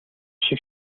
шиг